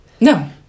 No